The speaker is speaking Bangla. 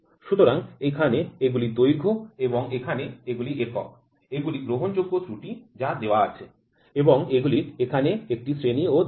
সুতরাং এখানে এগুলি দৈর্ঘ্য এবং এখানে এগুলি একক এগুলি গ্রহণযোগ্য ত্রুটি যা দেওয়া আছে এবং এগুলির এখানে একটি শ্রেণিও দেওয়া হয়